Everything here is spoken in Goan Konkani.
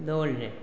दवरलें